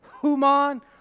Human